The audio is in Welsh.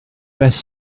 beth